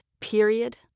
Period